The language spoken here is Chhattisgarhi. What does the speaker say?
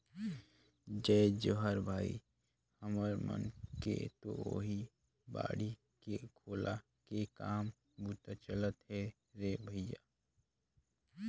जय जोहार भाई, हमर मन के तो ओहीं बाड़ी कोला के काम बूता चलत हे रे भइया